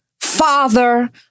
father